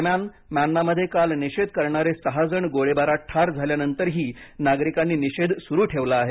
दरम्यान म्यानमामध्ये काल निषेध करणारे सहा जण गोळीबारात ठार झाल्यानंतरही नागरिकांनी निषेध सुरु ठेवला आहे